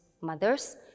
mothers